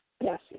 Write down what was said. Yes